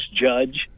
judge –